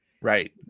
Right